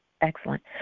Excellent